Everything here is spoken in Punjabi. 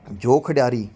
ਜੋ ਖਿਡਾਰੀ